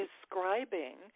describing